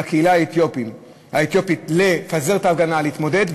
מהקהילה האתיופית לפזר את ההפגנה, להתמודד?